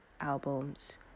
albums